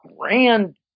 grand